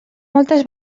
moltes